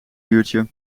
uurtje